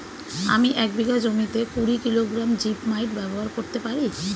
আমি এক বিঘা জমিতে কুড়ি কিলোগ্রাম জিপমাইট ব্যবহার করতে পারি?